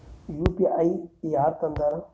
UPI ಯಾರ್ ತಂದಾರ?